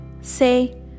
say